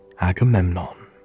Agamemnon